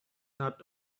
not